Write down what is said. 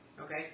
Okay